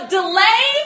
delay